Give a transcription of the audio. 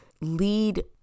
lead